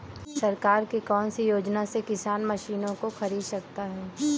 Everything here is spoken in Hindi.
सरकार की कौन सी योजना से किसान मशीनों को खरीद सकता है?